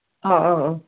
ꯑꯥ ꯑꯥ ꯑ